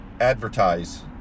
advertise